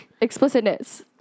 Explicitness